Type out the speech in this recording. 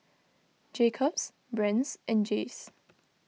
Jacob's Brand's and Jays